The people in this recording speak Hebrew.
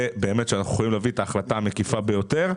שאנחנו יכולים להביא את ההחלטה המקיפה ביותר.